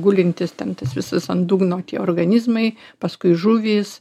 gulintys ten tas visas ant dugno tie organizmai paskui žuvys